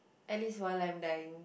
at least while I'm dying